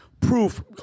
proof